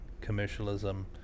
commercialism